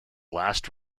last